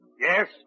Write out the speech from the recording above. Yes